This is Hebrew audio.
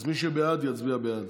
אז מי שבעד יצביע בעד,